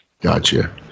Gotcha